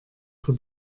für